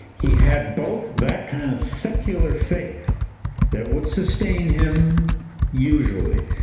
he had both that kind of secular faith that would sustained him usually,